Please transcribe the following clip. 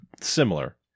similar